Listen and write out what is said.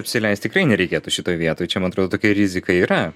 apsileist tikrai nereikėtų šitoj vietoj čia man atrodo tokia rizika yra